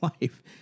life